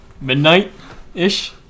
midnight-ish